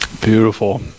Beautiful